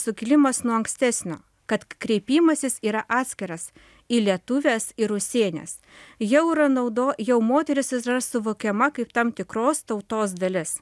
sukilimas nuo ankstesnio kad kreipimasis yra atskiras į lietuves ir rusėnes jau yra naudo jau moteris yra suvokiama kaip tam tikros tautos dalis